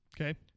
Okay